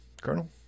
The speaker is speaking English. Colonel